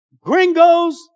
Gringos